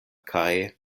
kaj